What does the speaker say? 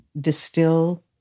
distill